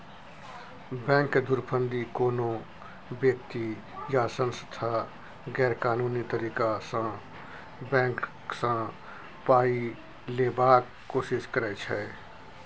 bank धुरफंदीमे कोनो बेकती या सँस्था गैरकानूनी तरीकासँ बैंक सँ पाइ लेबाक कोशिश करै छै